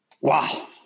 Wow